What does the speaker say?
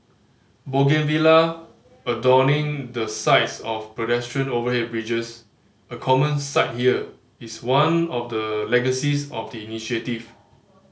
bougainvillea adorning the sides of pedestrian overhead bridges a common sight here is one of the legacies of the initiative